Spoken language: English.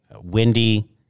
windy